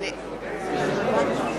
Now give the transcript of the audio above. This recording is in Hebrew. אבל מה שהוא אומר,